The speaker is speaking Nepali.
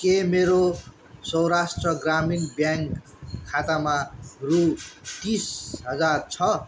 के मेरो सौराष्ट्र ग्रामीण ब्याङ्क खातामा रु तिस हजार छ